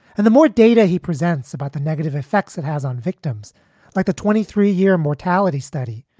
and the more data he presents about the negative effects it has on victims like a twenty three year mortality study,